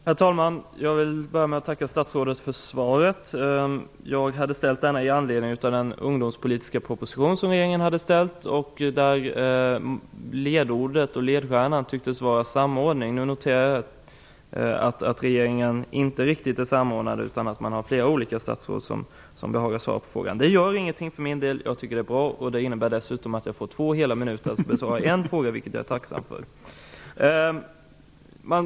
Herr talman! Jag vill börja med att tacka statsrådet för svaret. Jag ställde frågan i anledning av den ungdomspolitiska proposition som regeringen lagt fram, där ledstjärnan tycks vara samordning. Nu noterar jag att regeringen inte riktigt är samordnad utan att flera statsråd kan svara på frågan. Det gör ingenting för min del. Jag tycker att det är bra. Det innebär dessutom att jag får två hela minuter på mig för att besvara en fråga, vilket jag är tacksam för.